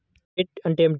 Credit అంటే ఏమిటి?